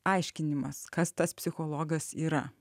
aiškinimas kas tas psichologas yra